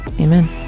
amen